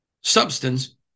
substance